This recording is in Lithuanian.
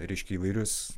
reiškia įvairius